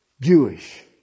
Jewish